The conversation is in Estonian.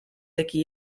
tegi